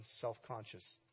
self-conscious